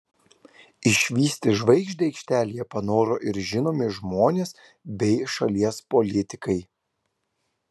išvysti žvaigždę aikštelėje panoro ir žinomi žmonės bei šalies politikai